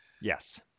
Yes